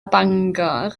bangor